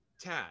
Tad